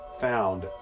found